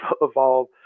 evolve